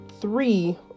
three